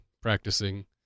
practicing